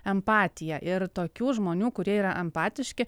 empatija ir tokių žmonių kurie yra empatiški